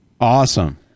Awesome